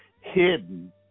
hidden